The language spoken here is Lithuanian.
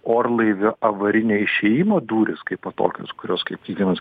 orlaivio avarinio išėjimo durys kaipo tokios kurios kaip kiekvienas